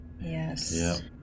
Yes